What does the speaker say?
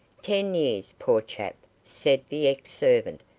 ten years, poor chap, said the ex-servant.